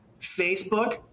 facebook